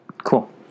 Cool